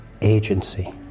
agency